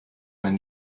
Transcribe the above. man